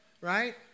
right